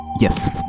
Yes